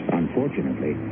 unfortunately